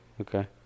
okay